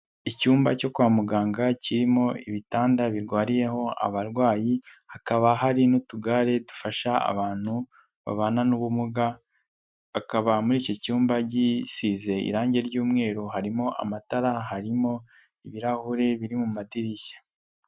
Icyumba cyo kwa muganga kirimo ibitanda birwariyeho abarwayi, hakaba hari n'utugare dufasha abantu babana n'ubumuga, akaba muri icyo cyumba gisize irange ry'umweru, harimo amatara harimo ibirahure biri mu madirishya.